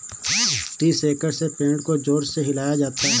tree shaker से पेड़ को जोर से हिलाया जाता है